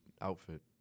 outfit